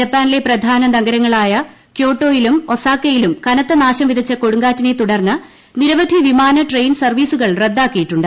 ജപ്പാനിലെ പ്രധാന നൂഗർങ്ങളായ ക്യോട്ടോയിലും ഒസാക്കയിലും കനത്ത് നാശം കവിതച്ച കൊടുങ്കാറ്റിനെ തുടർന്ന് നിരവധി വിമാന ട്രെയിൻ സർവീസുകൾ റദ്ദാക്കിയിട്ടുണ്ട്